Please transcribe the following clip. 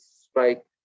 strike